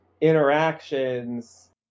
interactions